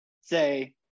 say